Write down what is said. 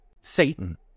Satan